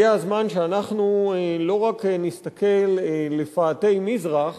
הגיע הזמן שאנחנו לא רק נסתכל לפאתי מזרח,